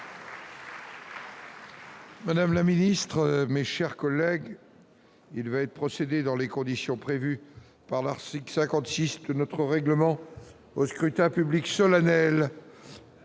Madame la ministre, mes chers collègues, il va être procédé, dans les conditions prévues par l'article 56 du règlement, au scrutin public solennel